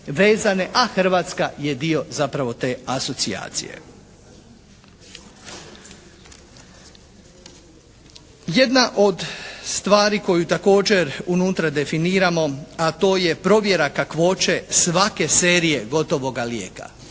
a Hrvatska je dio zapravo te asocijacije. Jedna od stvari koju također unutra definiramo, a to je provjera kakvoće svake serije gotovoga lijeka.